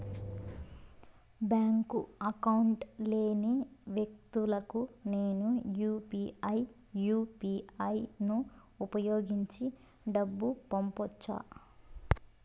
Bank account లేని వ్యక్తులకు నేను యు పి ఐ యు.పి.ఐ ను ఉపయోగించి డబ్బు పంపొచ్చా?